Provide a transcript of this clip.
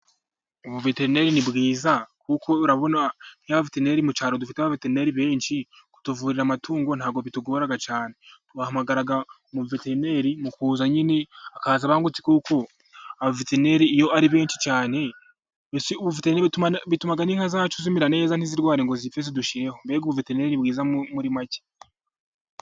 Ubuveterineri ni bwiza kuko urabona nk'iyo abaveterineri mu cyaro dufite abaveteneri benshi, kutuvurira amatungo ntabwo bitugora cyane, bahamara umuveterineri mu kuza nyine akaza abangutse, kuko abaveterineri iyo ari benshi cyane bituma inka zacu zimera neza ntizirware ngo zipfe zidushireho, mbega ubuveterineri buba mwiza muri make.